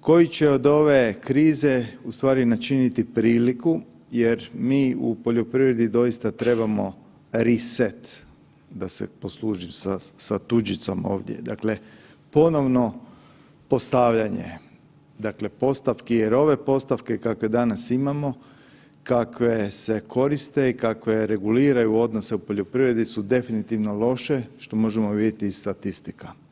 koji će od ove krize ustvari načiniti priliku jer mi u poljoprivredi doista trebamo "reset", da se poslužim sa tuđicom ovdje, dakle ponovno postavljanje dakle postavki jer ove postavke kakve danas imamo kakve se koriste i kakve reguliraju odnose u poljoprivredi su definitivno loše, što možemo vidjeti i iz statistika.